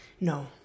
No